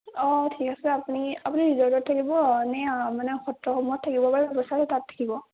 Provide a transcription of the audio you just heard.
অঁ ঠিক আছে আপুনি আপুনি ৰিজ'ৰ্টত থাকিব নে মানে সত্ৰসমূহত থাকিব পৰা ব্যৱস্থা আছে তাত থাকিব